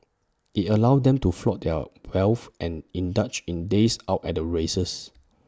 IT allowed them to flaunt their wealth and indulge in days out at the races